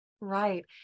Right